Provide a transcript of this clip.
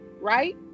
right